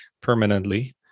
permanently